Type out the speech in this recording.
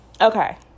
Okay